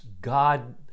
god